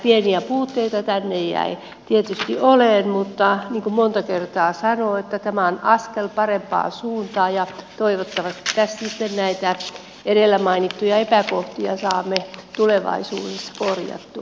pieniä puutteita tänne jäi tietysti olemaan mutta niin kuin monta kertaa sanoin tämä on askel parempaan suuntaan ja toivottavasti tässä sitten näitä edellä mainittuja epäkohtia saamme tulevaisuudessa korjattua